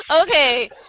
Okay